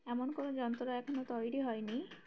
এমন কোনো যন্ত্র এখনও তৈরি হয়নি